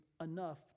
enough